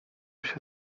się